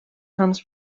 comes